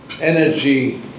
energy